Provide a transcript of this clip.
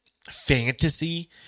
fantasy